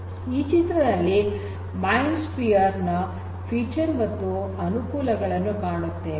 ಈ ಚಿತ್ರದಲ್ಲಿ MindSpore ನ ಫೀಚರ್ ಮತ್ತು ಅನುಕೂಲಗಳನ್ನು ಕಾಣುತ್ತೇವೆ